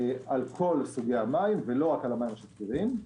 על כל סוגי המים ולא רק על המים השפירים.